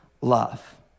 love